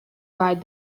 ride